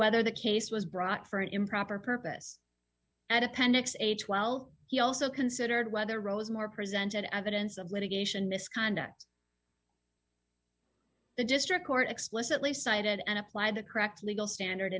whether the case was brought for an improper purpose at appendix h well he also considered whether rose more present evidence of litigation misconduct the district court explicitly cited and apply the correct legal standard